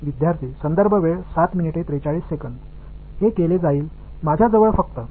எனவே இந்த இரண்டு வெளிப்பாடுகளை தான் நான் செய்யப் போகிறேன்